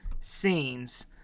scenes